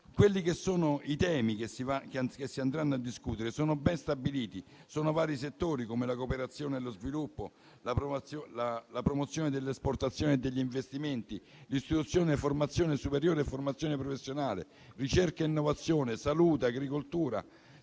I temi che si andranno a discutere sono ben stabiliti e investono vari settori: la cooperazione e lo sviluppo, la promozione delle esportazioni e degli investimenti; l'istruzione, la formazione superiore e la formazione professionale; la ricerca e l'innovazione; la salute, l'agricoltura,